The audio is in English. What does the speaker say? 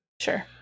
Sure